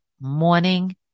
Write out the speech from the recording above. morning